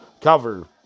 cover